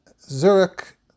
Zurich